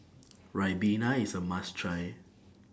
Ribena IS A must Try